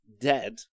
dead